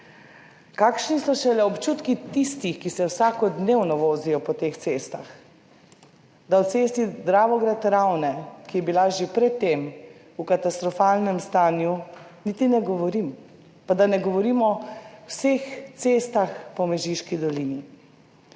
Kakšni so šele občutki tistih, ki se vsakodnevno vozijo po teh cestah, da o cesti Dravograd - Ravne, ki je bila že pred tem v katastrofalnem stanju, niti ne govorim. Pa da ne govorimo o vseh cestah po Mežiški dolini.